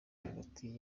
hagati